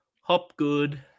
Hopgood